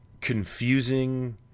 confusing